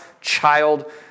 child